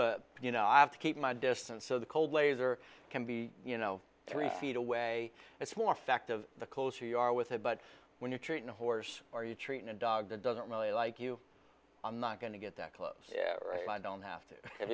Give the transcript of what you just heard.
the you know i have to keep my distance so the cold laser can be you know three feet away it's more fact of the closer you are with it but when you're treating a horse or you treat a dog that doesn't really like you i'm not going to get that close right i don't have to have